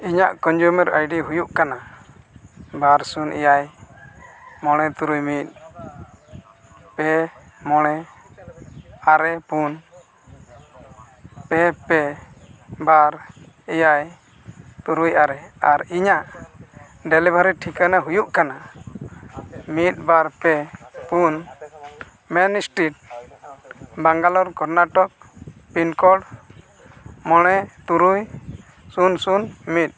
ᱤᱧᱟᱹᱜ consumer ID ᱦᱩᱭᱩᱜ ᱠᱟᱱᱟ ᱵᱟᱨ ᱥᱩᱱ ᱮᱭᱟᱭ ᱢᱚᱬᱮ ᱛᱩᱨᱩᱭ ᱢᱤᱫ ᱯᱮ ᱢᱚᱬᱮ ᱟᱨᱮ ᱯᱩᱱ ᱯᱮ ᱯᱮ ᱵᱟᱨ ᱮᱭᱟᱭ ᱛᱩᱨᱩᱭ ᱟᱨᱮ ᱟᱨ ᱤᱧᱟᱹᱜ ᱰᱮᱞᱤᱵᱷᱟᱨᱤ ᱴᱷᱤᱠᱟᱹᱱᱟ ᱦᱩᱭᱩᱜ ᱠᱟᱱᱟ ᱢᱤᱫ ᱵᱟᱨ ᱯᱮ ᱯᱩᱱ main street Bangalore Karnataka pin code ᱢᱚᱬᱮ ᱛᱩᱨᱩᱭ ᱥᱩᱱ ᱥᱩᱱ ᱢᱤᱫ